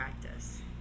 practice